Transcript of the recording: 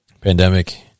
pandemic